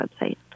website